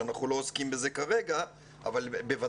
שאנחנו לא עוסקים בו כרגע,